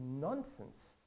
nonsense